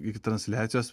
iki transliacijos